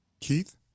Keith